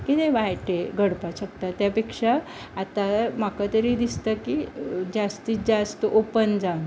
कितें वायटय घडपा शकता त्या पेक्षा म्हाका तरी दिसता की जास्तीत जास्त ओपन जावन